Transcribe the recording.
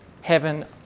heaven